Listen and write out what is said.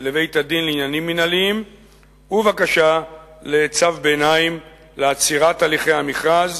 לבית-הדין לעניינים מינהליים ובקשה לצו ביניים לעצירת הליכי המכרז.